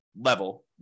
level